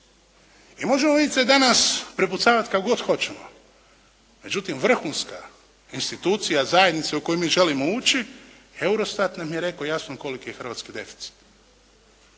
I možemo mi se danas prepucavati kako god hoćemo, međutim vrhunska institucija zajednice u koju mi želimo ući, EUROSTAT nam je rekao jasno koliki je Hrvatski deficit.